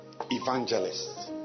Evangelists